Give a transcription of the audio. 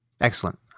Excellent